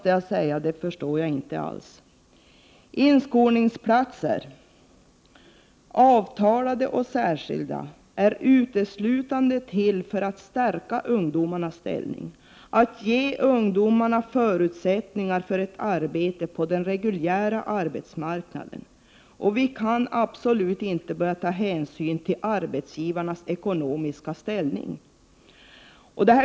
Jag förstår inte alls detta. Inskolningsplatser — avtalade och särskilda — är uteslutande till för att stärka ungdomarnas ställning och ge dem förutsättning för ett arbete på den reguljära arbetsmarknaden. Vi kan inte börja ta hänsyn till arbetsgivarens ekonomiska ställning.